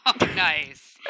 Nice